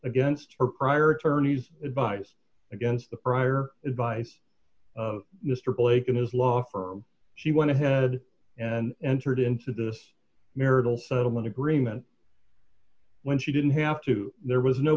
against her prior attorneys advised against the prior advice of mr blake it is lawful she went ahead and entered into this marital settlement agreement when she didn't have to there was no